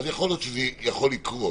אז יכול להיות שזה יכול לקרות.